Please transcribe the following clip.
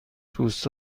دوست